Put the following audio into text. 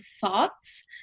thoughts